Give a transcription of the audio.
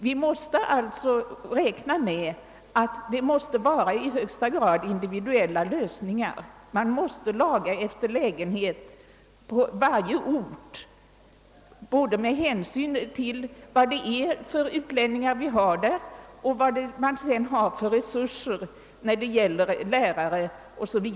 Vi måste alltså räkna med individuella lösningar; vi måste laga efter läglighet på varje ort både med hänsyn till vilka utlänningar som bor där och vilka resurser vi har beträffande lärare etc.